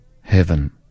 heaven